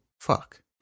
Fuck